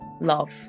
love